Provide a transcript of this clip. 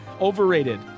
Overrated